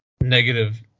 negative